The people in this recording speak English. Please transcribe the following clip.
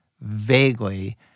vaguely